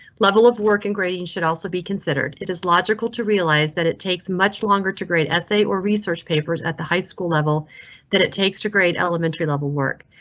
level of work in gradient should also be considered. it is logical to realize that it takes much longer to grade essay or research papers at the high school level that it takes to grade elementary level work.